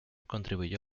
contribuyó